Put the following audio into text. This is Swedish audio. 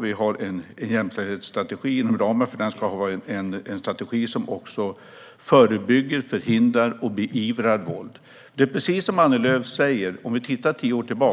Vi har en jämställdhetsstrategi, och den ska också förbygga, förhindra och beivra våld. Även med det som har gjorts de senaste tio åren är detta, precis